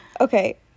Okay